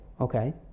Okay